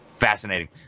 fascinating